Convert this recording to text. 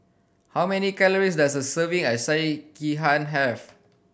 how many calories does a serving of Sekihan have